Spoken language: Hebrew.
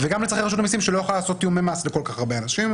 וגם לצרכי רשות המסים שלא יכולה לעשות תיאומי מס לכל כך הרבה אנשים.